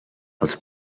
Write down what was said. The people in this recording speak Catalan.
els